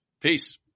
Peace